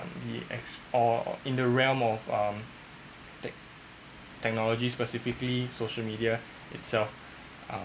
the ex or in the realm of um tech technology specifically social media itself uh